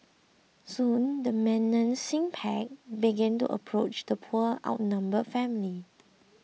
soon the menacing pack began to approach the poor outnumbered family